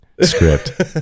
script